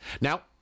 Now